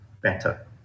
better